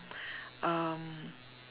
um